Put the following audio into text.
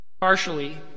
partially